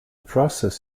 process